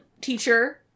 teacher